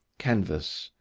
canvas,